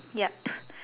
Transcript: yup